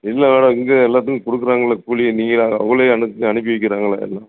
இல்லை மேடம் இங்கே எல்லாத்துக்கும் கொடுக்குறாங்களே கூலி நீங்கள் அவங்களே அனுப் அனுப்பி வைக்கிறாங்களே எல்லாம்